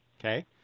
Okay